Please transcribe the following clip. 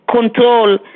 control